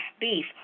beef